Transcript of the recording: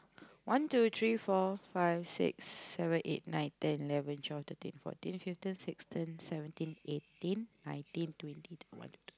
one two three four five six seven eight nine ten eleven twelve thirteen fourteen fifteen sixteen